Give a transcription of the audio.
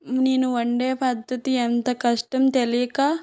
నేను వండే పద్ధతి ఎంత కష్టం తెలియక